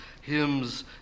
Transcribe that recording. hymns